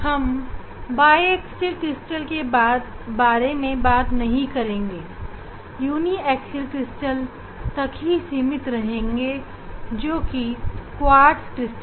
हम biaxial crystal के बारे में बात नहीं करेंगे यूनीएक्सल क्रिस्टल तक ही सीमित रहेंगे जैसे कि क्वार्ट्ज क्रिस्टल